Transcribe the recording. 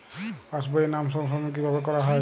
পাশ বইয়ে নাম সংশোধন কিভাবে করা হয়?